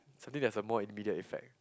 something there is a more immediate effect